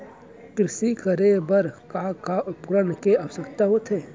कृषि करे बर का का उपकरण के आवश्यकता होथे?